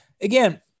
again